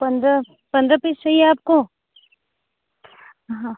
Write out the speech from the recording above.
पंद्रह पंद्रह पीस चाहिए आपको हाँ